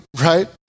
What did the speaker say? right